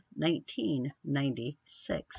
1996